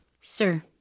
Sir